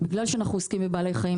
בגלל שאנחנו עוסקים עם בעלי חיים,